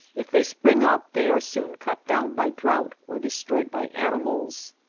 if they spring up they are soon cut down by drouth or destroyed by animals.